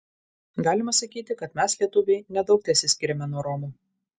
galima sakyti kad mes lietuviai nedaug tesiskiriame nuo romų